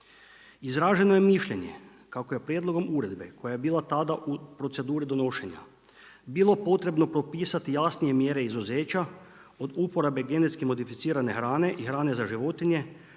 Izraženo je mišljenje kako je prijedlogom uredbe koja je bila tada u proceduri donošenja bilo potrebno propisati jasnije mjere izuzeća od uporabe GMO-a i hrane za životnije